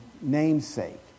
namesake